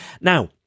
Now